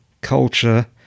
culture